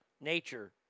Nature